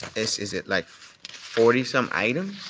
is is it like forty some items?